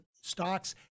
stocks